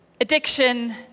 addiction